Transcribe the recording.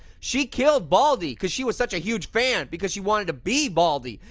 she killed baldy cause she was such a huge fan. because she wanted to be baldy.